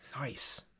nice